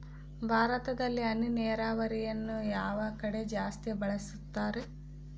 ಭಾರತದಲ್ಲಿ ಹನಿ ನೇರಾವರಿಯನ್ನು ಯಾವ ಕಡೆ ಜಾಸ್ತಿ ಬಳಸುತ್ತಾರೆ?